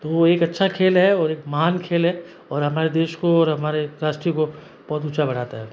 तो वो एक अच्छा खेल है और एक महान खेल है और हमारे देश को और हमारे राष्ट्र को बहुत ऊँचा बढ़ाता है